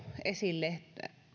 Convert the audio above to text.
esille